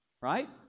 right